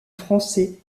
français